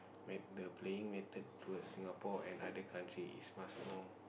when the playing method to a Singapore and other country is much more